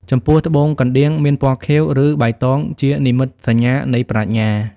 ចំពោះ ត្បូងកណ្ដៀងមានពណ៌ខៀវ ឬបៃតងជានិមិត្តសញ្ញានៃប្រាជ្ញា។